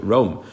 Rome